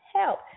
help